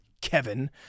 Kevin